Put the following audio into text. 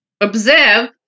observe